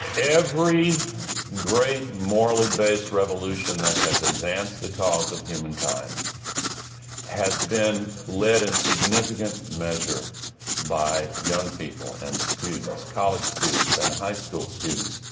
every great morally based revolution that has advanced the cause of humankind has been led in significant measure by young people and students, college students and high school students.